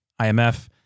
imf